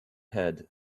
head